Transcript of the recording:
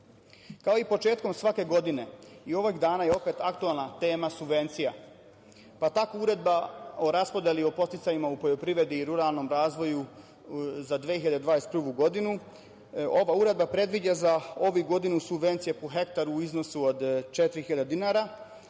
i početkom svake godine, i ovih dana je opet aktuelna tema subvencija, pa tako Uredba o raspodeli o podsticajima u poljoprivredi i ruralnom razvoju za 2021. godinu predviđa za ovu godinu subvencije po hektaru u iznosu od 4.000 dinara,